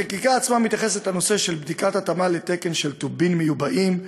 החקיקה עצמה מתייחסת לנושא של בדיקת התאמה לתקן של טובין מיובאים.